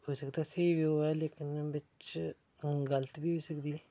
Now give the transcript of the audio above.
होई सकदा स्हेई बी होऐ लेकिन बिच्च गलत बी होई सकदी ऐ